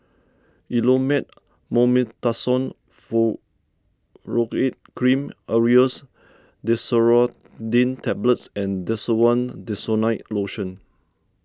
Elomet Mometasone Furoate Cream Aerius DesloratadineTablets and Desowen Desonide Lotion